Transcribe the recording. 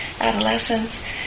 adolescents